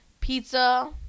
pizza